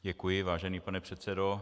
Děkuji, vážený pane předsedo.